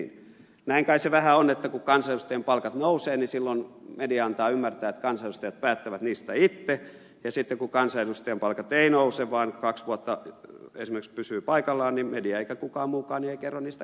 näin kai se vähän on että kun kansanedustajien palkat nousevat niin silloin media antaa ymmärtää että kansanedustajat päättävät niistä itse ja sitten kun kansanedustajien palkat eivät nouse vaan kaksi vuotta esimerkiksi pysyvät paikallaan media eikä kukaan muukaan kerro niistä kansalle mitään